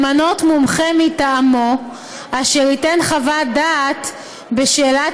למנות מומחה מטעמו אשר ייתן חוות דעת בשאלת